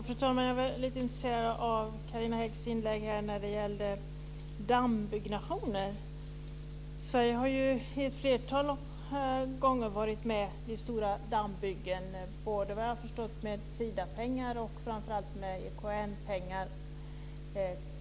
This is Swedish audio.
Fru talman! Jag blev lite intresserad av Carina Häggs inlägg när det gällde dammbyggnationer. Sverige har ju ett flertal gånger varit med vid stora dammbyggen både, vad jag har förstått, med Sidapengar och framför allt med EKN-pengar.